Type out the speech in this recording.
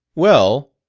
well,